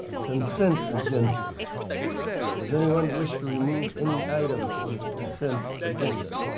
ah consent agenda. does anyone wish to remove any items from the consent agenda?